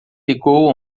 ligou